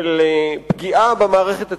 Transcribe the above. של פגיעה במערכת הציבורית,